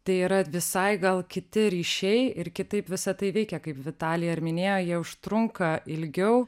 tai yra visai gal kiti ryšiai ir kitaip visa tai veikia kaip vitalija ir minėjo jie užtrunka ilgiau